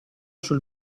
sul